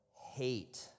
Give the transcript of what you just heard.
hate